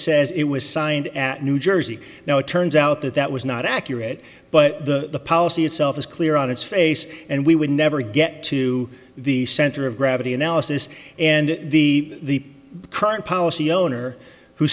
says it was signed at new jersey now it turns out that that was not accurate but the policy itself is clear on its face and we would never get to the center of gravity analysis and the current policy owner who